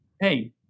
Hey